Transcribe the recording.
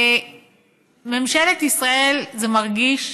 שממשלת ישראל, זה מרגיש